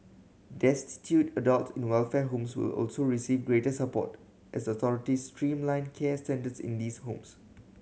destitute adult in the welfare homes will also receive greater support as the authorities streamline care standards in these homes